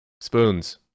Spoons